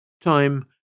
Time